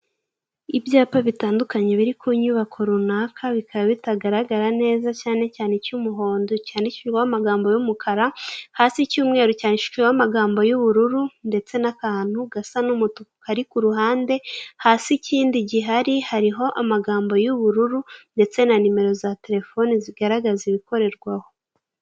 Ibyapa bitandukanye biri ku nyubako runaka bikaba bitagaragara neza cyane cyane icy'umuhondo cyandikishijweho amagambo y'umukara, hasi icy'umweru cyandikishijweho amagambo y'ubururu ndetse nakantu gasa nk'umutuku kari ku ruhande, hasi ikindi gihari hariho amagambo y'ubururu ndetse na nimero za terefone zigaragaza ibikorerwamo.